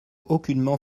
aucunement